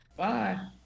Bye